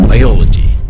Biology